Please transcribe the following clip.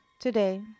Today